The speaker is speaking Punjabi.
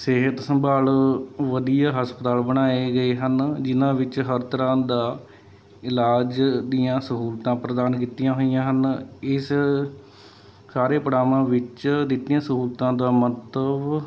ਸਿਹਤ ਸੰਭਾਲ ਵਧੀਆ ਹਸਪਤਾਲ ਬਣਾਏ ਗਏ ਹਨ ਜਿਹਨਾਂ ਵਿੱਚ ਹਰ ਤਰ੍ਹਾਂ ਦਾ ਇਲਾਜ ਦੀਆਂ ਸਹੂਲਤਾਂ ਪ੍ਰਦਾਨ ਕੀਤੀਆਂ ਹੋਈਆਂ ਹਨ ਇਸ ਸਾਰੇ ਪੜਾਵਾਂ ਵਿੱਚ ਦਿੱਤੀਆਂ ਸਹੂਲਤਾਂ ਦਾ ਮੰਤਵ